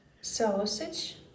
Sausage